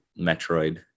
Metroid